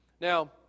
Now